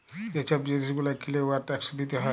যে ছব জিলিস গুলা কিলে উয়ার ট্যাকস দিতে হ্যয়